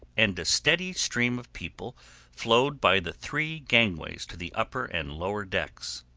and a steady stream of people flowed by the three gangways to the upper and lower decks.